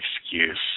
excuse